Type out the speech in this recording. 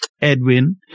Edwin